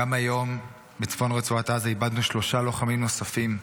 היום איבדנו בצפון רצועת עזה שלושה לוחמים נוספים,